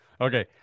Okay